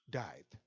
died